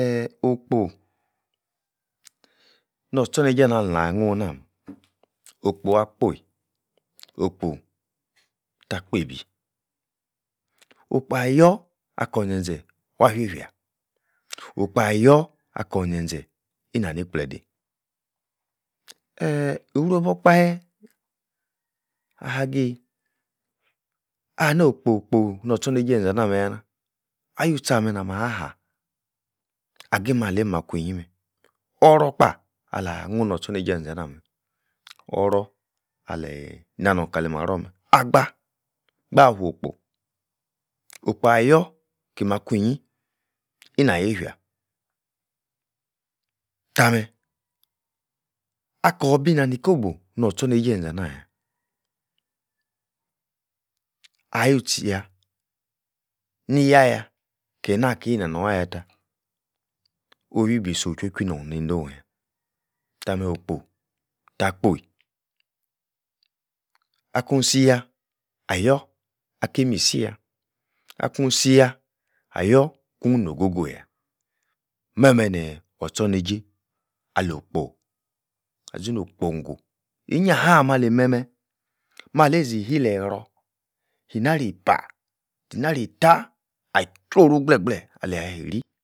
Eeeeh okpo nor-tchor neijei mah-ala-hnuh nah meh okpo ah-kpoi, okpo tah-kpeibi, okpo-ah-yorm akor zen-zen wah feifia okpo ah-yor akor zen-zen ina-ni kpledei eeeh uwrueibor okpahe, ahagi, ah-no-kpo-kpo nor-tchornrijri enza-nah meyah-nah ah-yout chi ah-meh nah-mah-ha agi-maleim makwuinyi meh, oror-kpah alah-num nor-tchorneijei enza-nah-meh oror aleyi nah-nirnh kali-marror meh agbah gbah wo kpo, okpo-ah yor ki mah-kunyi ina-yefia, tah-meh, akor bi-na-ni kobo nor-tchorneijei enza-nah-yah, ah-you-tchi yah ni-yah-yah kenah ki-nonor ah-yah-tah, o'h-wui be-so;h juo-jui norn neidoh-yah tah-meh okpo tah-kpoi. Akusi-yah, ah-yor aku-mi-si-yah, akun si-yah, ayor-kun no-go-go yah meh-meh nii or-tchorneijei alo-kpo, azi-no-kpongo inyah-haaah-ah-meh ali-meh-meh, maleiyi si-hilei-errorh inareipa, ina-reittah, ah-choru gbleh-gbleh aleyi-iri